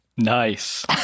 Nice